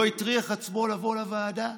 לא הטריח עצמו לבוא לוועדה,